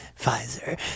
Pfizer